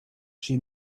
she